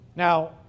Now